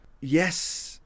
Yes